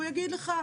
הוא יגיד לך,